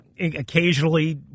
occasionally